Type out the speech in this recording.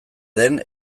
den